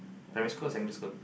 primary school or secondary school